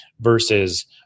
versus